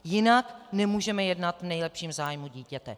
Jinak nemůžeme jednat v nejlepším zájmu dítěte.